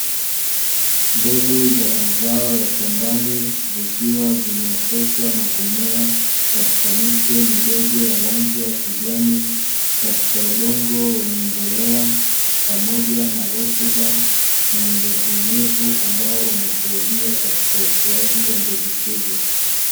Mbegu za mazao ya shambani zikiwa zimeoteshwa na kumea katika miche midogo ya rangi ya kijani katika udongo wenye mbolea na rutuba na unyevu unyevu ambao unasaidia katika ukuaji wa mbegu hizo.